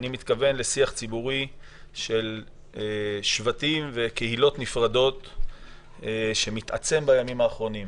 אני מתכוון לשיח ציבורי של שבטים וקהילות נפרדות שמתעצם בימים האחרונים.